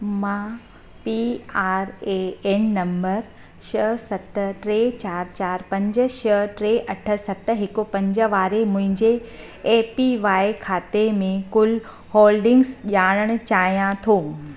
मां P R A N नंबर छह सत टे चारि चारि पंज छह टे अठ सत हिक पंज वारे मुंहिंजे ए पी वाय खाते में कुल होल्डिंगस ॼाणण चाहियां थो